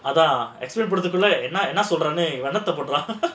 அதான் போட்றதுக்குள்ள என்ன என்ன சொல்றாங்கன்னு:adhaan podrathukulla enna enna solraanganu